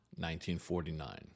1949